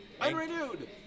Unrenewed